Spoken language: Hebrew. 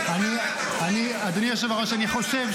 על התקציב --- אין לו מושג בתקציב.